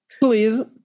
Please